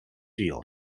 具有